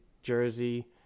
Jersey